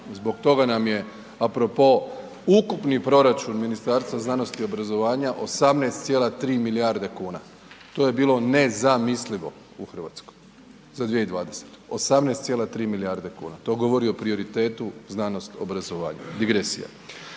Zbog toga nam je a propo ukupni proračun Ministarstva znanosti i obrazovanja 18,3 milijarde kuna, to je bilo nezamislivo u Hrvatskoj za 2020. 18,3 milijarde kuna, to govori o prioritetu znanost, obrazovanja, digresija.